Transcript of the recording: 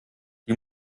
sie